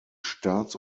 staats